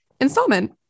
installment